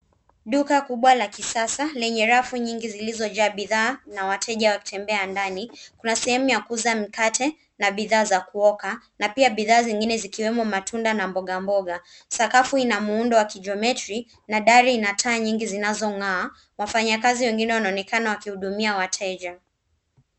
Duka kubwa la kisasa lenye rafu nyingi zilizojaa bidhaa na wateja wakitembea ndani, kuna sehemu ya kuuza mikate na bidhaa za kuoka na pia bidhaa zingine zikiwemo matunda na mboga mboga. Sakafu ina muundo wa kijometri na dari inataa nyingi zinazong'aa. Wafanyakazi wengine wanaonekana wakihudumia wateja.